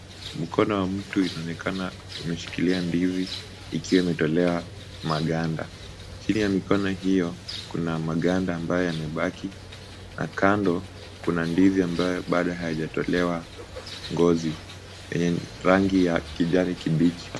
Mkono wa mtu inaonekana imeshikilia ndizi ikiwa imetolewa maganda, chini ya mikono hiyo kuna maganda ambayo yamebaki, na kando kuna ndizi ambayo bado hayajatolewa ngozi enye rangi ya kijani kibichi.